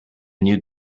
new